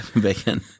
Bacon